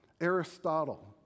Aristotle